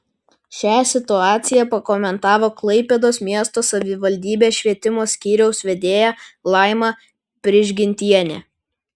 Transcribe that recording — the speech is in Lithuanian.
šią situaciją pakomentavo klaipėdos miesto savivaldybės švietimo skyriaus vedėja laima prižgintienė